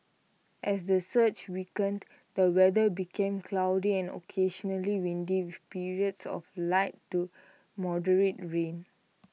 as the surge weakened the weather became cloudy and occasionally windy with periods of light to moderate rain